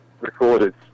recorded